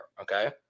Okay